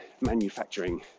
manufacturing